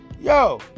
yo